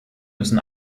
müssen